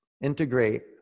integrate